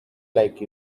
like